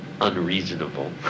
unreasonable